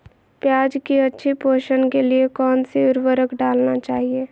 प्याज की अच्छी पोषण के लिए कौन सी उर्वरक डालना चाइए?